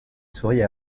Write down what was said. souriait